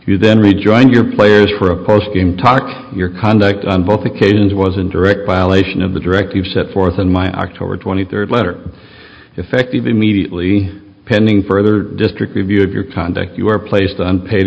you then rejoined your players for a post game talk your conduct on both occasions was in direct violation of the directive set forth in my october twenty third letter effective immediately pending further district review of your conduct you were placed on paid